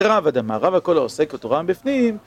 אמרי במערבא, כל העוסק בתורה מבפנים